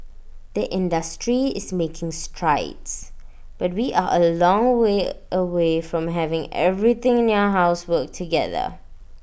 the industry is making strides but we are A long way away from having everything in your house work together